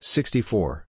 Sixty-four